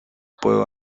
puedo